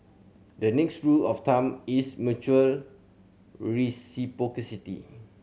the next rule of thumb is mutual reciprocity